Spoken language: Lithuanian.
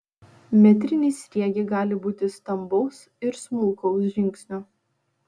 metriniai sriegiai gali būti stambaus ir smulkaus žingsnio